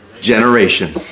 Generation